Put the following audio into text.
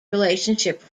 relationship